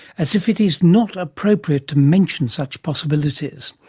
as if it is not appropriate to mention such possibilities.